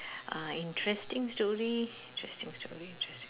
uh interesting story interesting story interesting